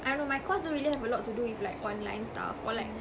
I don't know my course don't really have a lot to do with like online stuff or like